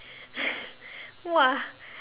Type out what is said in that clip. !wah!